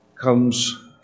comes